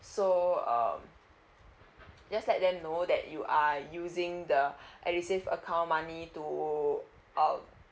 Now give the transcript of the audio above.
so um just let them know that you are using the eudsave account money to uh